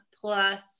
plus